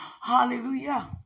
Hallelujah